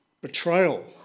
betrayal